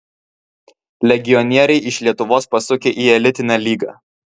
legionieriai iš lietuvos pasukę į elitinę lygą